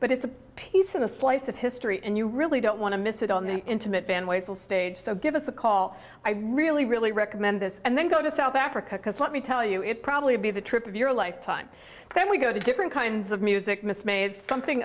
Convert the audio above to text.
but it's a piece of a slice of history and you really don't want to miss it on the intimate and wasteful stage so give us a call i really really recommend this and then go to south africa because let me tell you it probably be the trip of your lifetime when we go to different kinds of music miss made something